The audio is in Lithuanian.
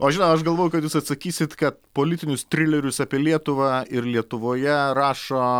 o žinot aš galvoju kad jūs atsakysit kad politinius trilerius apie lietuvą ir lietuvoje rašo